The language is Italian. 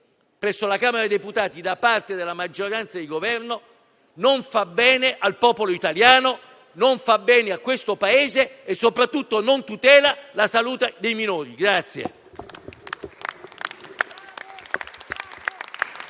presso la Camera dei deputati da parte della maggioranza di Governo non fa bene al popolo italiano, non fa bene al Paese e soprattutto non tutela la salute dei minori.